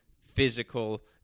physical